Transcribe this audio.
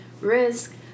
risk